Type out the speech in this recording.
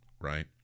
right